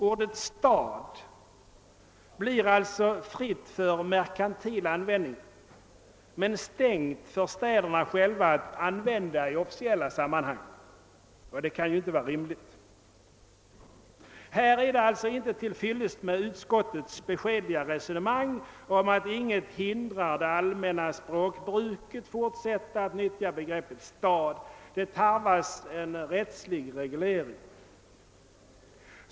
Ordet stad blir alltså fritt för merkantil användning men stängt för städerna själva att använda i officiella sammanhang, och det kan ju inte vara rimligt. Här är det alltså inte till fyllest med utskottets beskedliga resonemang om att inget hindrar det allmänna språkbruket att fortsätta att nyttja begreppet stad. Det tarvas en rättslig reglering.